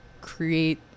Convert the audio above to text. create